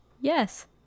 Yes